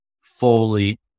fully